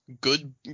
Good